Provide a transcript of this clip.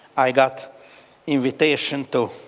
i got invitation to